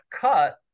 cut